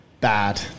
bad